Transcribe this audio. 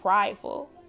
prideful